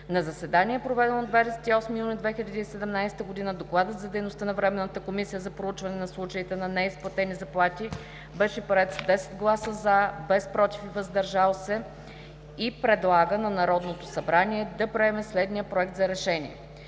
На заседание, проведено на 28 юни 2017 г., Докладът за дейността на Временната комисия за проучване на случаите на неизплатени заплати беше приет с 10 гласа „за“, без „против“ и „въздържал се“ и предлага на Народното събрание да приеме следния проект за решение: